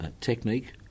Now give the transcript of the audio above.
technique